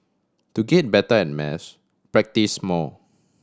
to get better at maths practise more